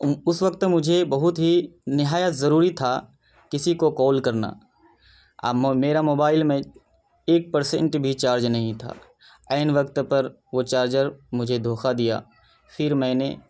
اوں اس وقت مجھے بہت ہی نہایت ضروری تھا کسی کو کال کرنا میرا موبائل میں ایک پرسنٹ بھی چارج نہیں تھا عین وقت پر وہ چارجر مجھے دھوکا دیا پھر میں نے